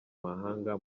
mahanga